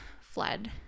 fled